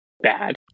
bad